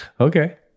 Okay